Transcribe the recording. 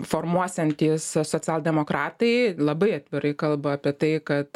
formuosiantys socialdemokratai labai atvirai kalba apie tai kad